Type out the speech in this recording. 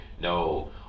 No